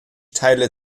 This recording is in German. teile